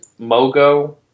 Mogo